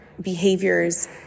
behaviors